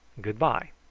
good-bye.